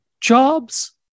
jobs